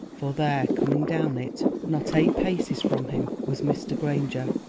for there coming down it, not eight paces from him, was mr. granger,